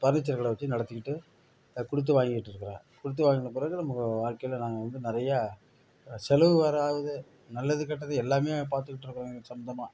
furniture கடை வச்சு நடத்திகிட்டு கொடுத்து வாங்கிகிட்ருக்குறேன் கொடுத்து வாங்கின பிறகு நமக்கு வாழ்க்கையில் நாங்கள் வந்து நிறையா செலவு வேற ஆகுது நல்லது கெட்டது எல்லாம் பாத்துகிட்ருக்கிறோம் சொந்தமாக